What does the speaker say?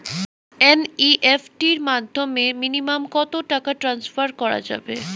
NEFT এর মাধ্যমে minimum কত টাকা টান্সফার করা যাবে?